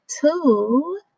Two